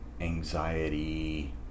anxiety